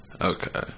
Okay